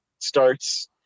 starts